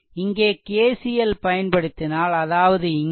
இங்கே KCL பயன்படுத்தினால் அதாவது இங்கே